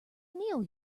neil